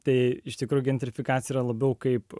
tai iš tikrųjų gentrifikacija yra labiau kaip